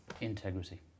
Integrity